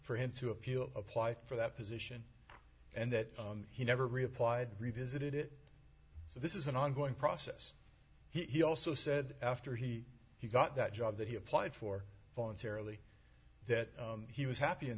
for him to appeal apply for that position and that he never replied revisit it so this is an ongoing process he also said after he got that job that he applied for voluntarily that he was happy in